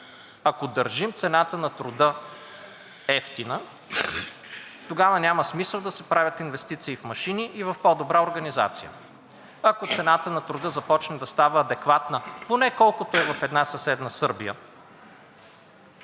Ако държим цената на труда евтина, тогава няма смисъл да се правят инвестиции в машини и в по-добра организация. Ако цената на труда започне да става адекватна, поне колкото е в една съседна Сърбия,